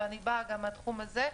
ואני באה גם מהתחום הזה,